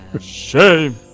Shame